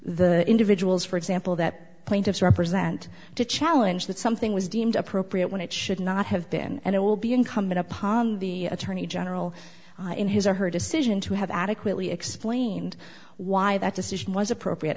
the individuals for example that plaintiffs represent to challenge that something was deemed appropriate when it should not have been and it will be incumbent upon the attorney general in his or her decision to have adequately explained why that decision was appropriate